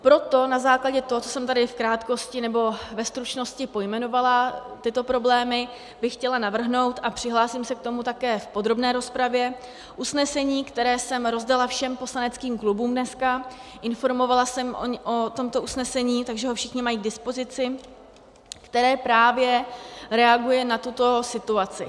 Proto na základě toho, co jsem tady v krátkosti, nebo ve stručnosti pojmenovala, tyto problémy, bych chtěla navrhnout, a přihlásím s k tomu také v podrobné rozpravě, usnesení, které jsem rozdala všem poslaneckým klubům dneska, informovala jsem o tomto usnesení, takže ho všichni mají k dispozici, které právě reaguje na tuto situaci.